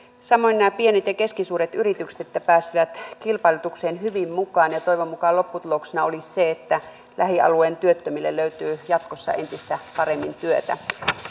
samoin se että nämä pienet ja keskisuuret yritykset pääsisivät kilpailutukseen hyvin mukaan ja toivon mukaan lopputuloksena olisi se että lähialueen työttömille löytyy jatkossa entistä paremmin työtä